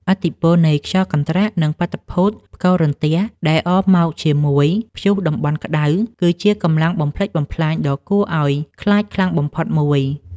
ឥទ្ធិពលនៃខ្យល់កន្ត្រាក់ និងបាតុភូតផ្គររន្ទះ ដែលអមមកជាមួយព្យុះតំបន់ក្ដៅ គឺជាកម្លាំងបំផ្លិចបំផ្លាញដ៏គួរឱ្យខ្លាចខ្លាំងបំផុតមួយ។